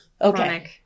okay